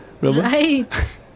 Right